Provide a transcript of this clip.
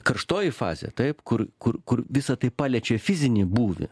karštoji fazė taip kur kur kur visa tai paliečia fizinį būvį